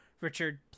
Richard